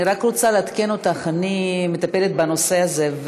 אני רק רוצה לעדכן אותך שאני מטפלת בנושא הזה,